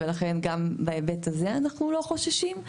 ולכן גם בהיבט הזה אנחנו לא חוששים.